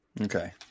Okay